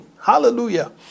Hallelujah